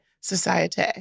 society